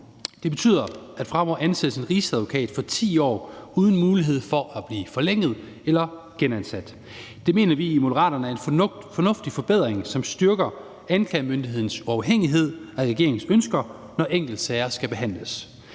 en rigsadvokat fremover ansættes for 10 år uden mulighed for forlængelse eller genansættelse. Det mener vi i Moderaterne er en fornuftig forbedring, som styrker anklagemyndighedens uafhængighed af regeringens ønsker, når enkeltsager skal behandles.